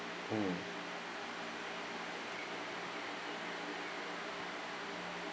mm